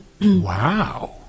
Wow